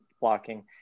blocking